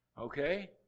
okay